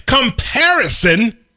Comparison